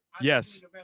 Yes